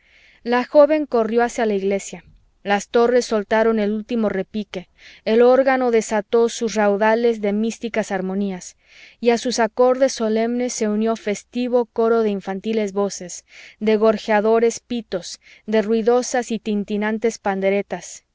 la joven corrió hacia la iglesia las torres soltaron el último repique el órgano desató sus raudales de místicas harmonías y a sus acordes solemnes se unió festivo coro de infantiles voces de gorjeadores pitos de ruidosas y tintinantes panderetas